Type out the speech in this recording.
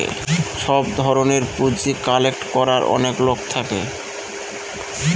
সব ধরনের পুঁজি কালেক্ট করার অনেক লোক থাকে